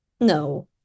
No